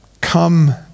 come